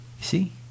see